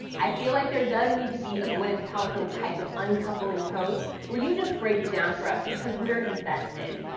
i feel like there does need to be a gwyneth paltrow type of uncoupling post where you just break it down for us, because we're invested.